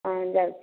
ହଁ ଯାଉଛି